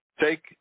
Take